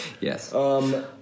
Yes